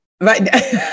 right